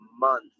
month